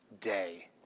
day